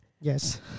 Yes